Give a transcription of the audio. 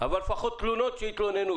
אבל לפחות תלונות שיתלוננו.